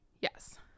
Yes